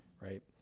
right